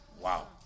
Wow